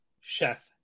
chef